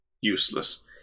useless